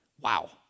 wow